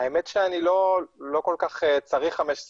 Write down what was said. האמת שאני לא כל כך צריך 15 דקות,